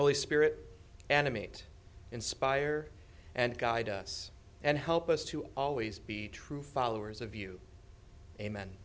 holy spirit animate inspire and guide us and help us to always be true followers of you amen